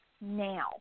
now